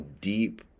deep